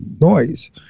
noise